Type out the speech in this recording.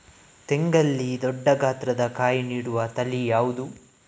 ತೆಂಗಲ್ಲಿ ದೊಡ್ಡ ಗಾತ್ರದ ಕಾಯಿ ನೀಡುವ ತಳಿ ಯಾವುದು?